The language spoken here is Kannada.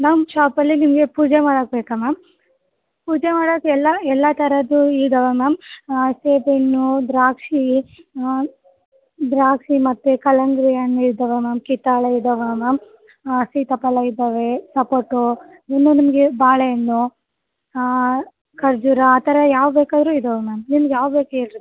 ನಮ್ಮ ಶಾಪಲ್ಲಿ ನಿಮಗೆ ಪೂಜೆ ಮಾಡಕೆ ಬೇಕಾ ಮ್ಯಾಮ್ ಪೂಜೆ ಮಾಡಾಕೆ ಎಲ್ಲ ಎಲ್ಲ ಥರದ್ದು ಇದ್ದಾವೆ ಮ್ಯಾಮ್ ಸೇಬು ಹಣ್ಣು ದ್ರಾಕ್ಷಿ ದ್ರಾಕ್ಷಿ ಮತ್ತೆ ಕಲ್ಲಂಗಡಿ ಹಣ್ ಇದ್ದಾವೆ ಮ್ಯಾಮ್ ಕಿತ್ತಳೆ ಇದ್ದಾವೆ ಮ್ಯಾಮ್ ಸೀತಾಫಲ ಇದ್ದಾವೆ ಸಪೋಟು ಇನ್ನು ನಿಮಗೆ ಬಾಳೆಹಣ್ಣು ಕರ್ಜೂರ ಆ ಥರ ಯಾವು ಬೇಕಾದ್ರು ಇದ್ದಾವೆ ಮ್ಯಾಮ್ ನಿಮ್ಗೆ ಯಾವು ಬೇಕು ಹೇಳಿ ರೀ